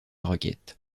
requête